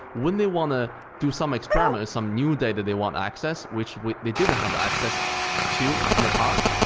when they want to do some experiments, some new data they want to access, which which they didn't have the access to in the past,